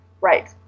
right